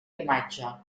imatge